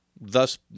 thus